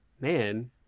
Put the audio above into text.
man